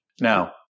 Now